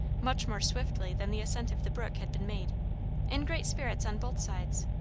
much more swiftly than the ascent of the brook had been made in great spirits on both sides,